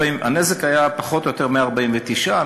הנזק היה פחות או יותר 149,